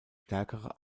stärkere